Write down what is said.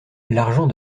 l’argent